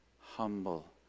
humble